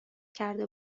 کرده